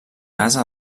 casa